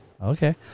Okay